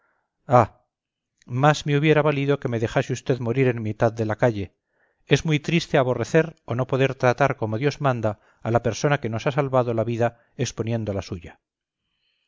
ah más me hubiera valido que me dejase usted morir en mitad de la calle es muy triste aborrecer o no poder tratar como dios manda a la persona que nos ha salvado la vida exponiendo la suya